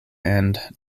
and